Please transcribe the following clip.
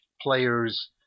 player's